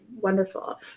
wonderful